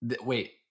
Wait